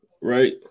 right